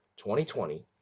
2020